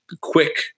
quick